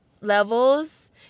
levels